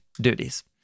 duties